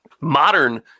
Modern